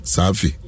Safi